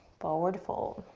forward fold.